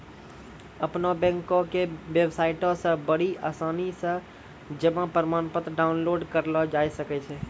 अपनो बैंको के बेबसाइटो से बड़ी आसानी से जमा प्रमाणपत्र डाउनलोड करलो जाय सकै छै